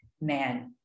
man